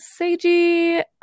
Seiji